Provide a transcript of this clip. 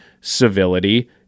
civility